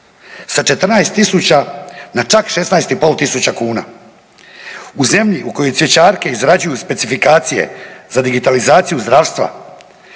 sa 14.000 na čak 16.500 kuna. U zemlji u kojoj cvjećarke izrađuju specifikacije za digitalizaciju zdravstva